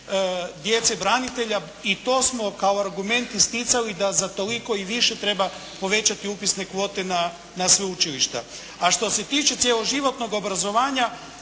djece branitelja i to smo kao argument isticali da za toliko i više treba povećati upisne kvote na sveučilišta. A što se tiče cjeloživotnog obrazovanja